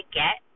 get